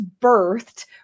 birthed